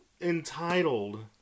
entitled